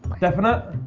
definite?